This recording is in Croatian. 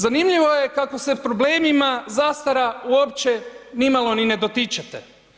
Zanimljivo je kako se problemima zastara uopće nimalo ni ne dotičete.